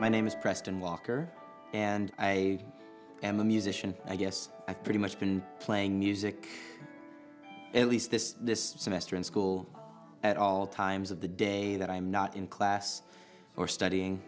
my name is preston walker and i am a musician i guess i pretty much been playing music at least this this semester in school at all times of the day that i'm not in class or studying